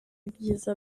ibyiza